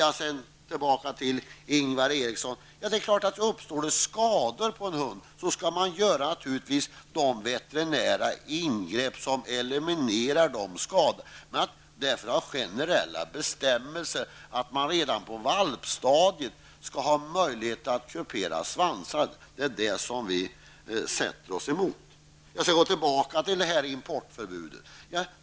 Det är klart att det kan uppstå skador på en hund, Ingvar Eriksson. Då skall naturligtvis de ingrepp göras av en veterinär som eliminerar de skadorna. Vi sätter oss därför emot att ha generella bestämmelser om att det redan på valpstadiet skall finnas möjlighet att kupera svansar. Jag kommer tillbaka till importförbudet.